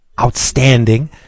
outstanding